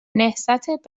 نهضت